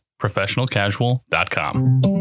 professionalcasual.com